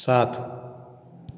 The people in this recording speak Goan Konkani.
सात